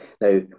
Now